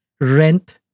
rent